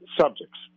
subjects